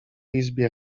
izbie